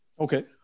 Okay